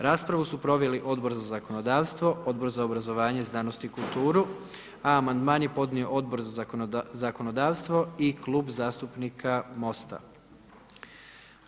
Raspravu su proveli Odbor za zakonodavstvo, Odbor za obrazovanje, znanost i kulturu a amandman je podnio Odbor za zakonodavstvo i Klub zastupnika MOST-a.